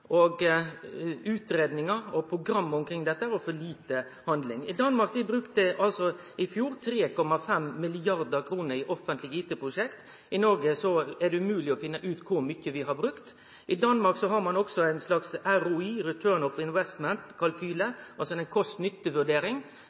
og program omkring dette – og for lite handling. Danmark brukte i fjor 3,5 mrd. kr til offentlege IT-prosjekt. I Noreg er det umogleg å finne ut kor mykje vi har brukt. I Danmark har ein også ein slags ROI, Return on Investment-kalkyle, altså ei kost–nytte-vurdering, der ein